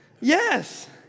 Yes